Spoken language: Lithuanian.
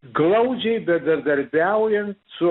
glaudžiai bendradarbiaujant su